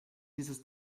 dieses